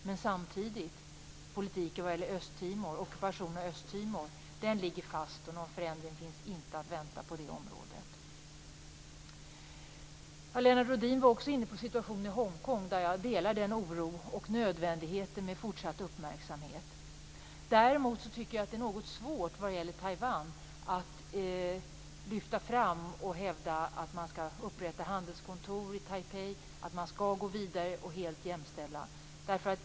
Men samtidigt ligger politiken med en ockupation av Östtimor fast, och någon förändring finns inte att vänta på det området. Lennart Rohdin berörde också situationen i Hongkong. Jag delar den oron. Det är nödvändigt med fortsatt uppmärksamhet. Däremot tycker jag att det är något svårt vad gäller Taiwan att hävda att man skall öppna handelskontor i Taipei och gå vidare och helt jämställa med Kina.